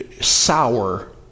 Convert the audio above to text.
sour